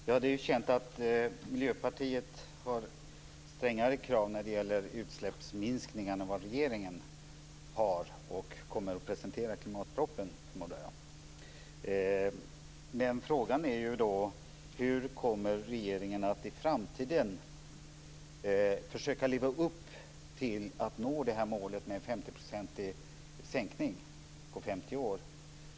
Fru talman! Det är ju känt att Miljöpartiet har strängare krav när det gäller utsläppsminskningar än vad regeringen har och kommer att presentera i klimatpropositionen, förmodar jag. Men frågan är hur regeringen i framtiden kommer att försöka leva upp till att nå målet med en 50-procentig sänkning på 50 år.